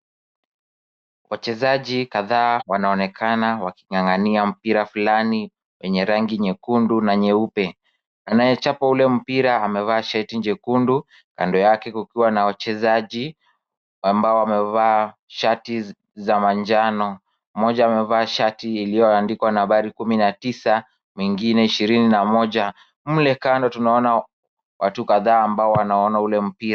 Wachezaji kadhaa wanaonekana waking'ang'ania mpira fulani yenye rangi nyekundu na nyeupe. Anayechapa ule mpira amevaa shati jekundu kando yake kukiwa na wachezaji ambao wamevaa shati za manjano. Mmoja amevaa shati iliyoandikwa nambari kumi na tisa, mwingine ishirini na moja. Mle kando tunaona watu kadhaa ambao wanaona ule mpira.